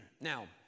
Now